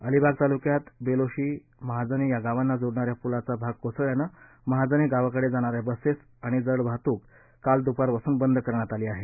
अलिबाग तालुक्यात बेलोशी महाजने या गावांना जोडणाऱ्या पुलाचा भाग कोसळल्याने महजने गावाकडे जाणाऱ्या बसेस आणि जड वाहतूक काल दुपारपासून बंद करण्यात आली आहे